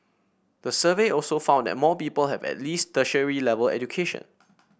the survey also found that more people have at least tertiary level education